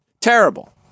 terrible